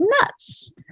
nuts